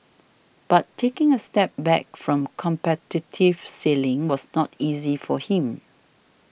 but taking a step back from competitive sailing was not easy for him